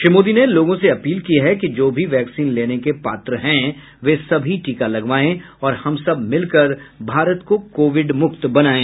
श्री मोदी ने लोगों से अपील की है कि जो भी वैक्सीन लेने के पात्र हैं वे सभी टीका लगवायें और हम सब मिलकर भारत को कोविड मुक्त बनायें